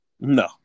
No